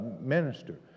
minister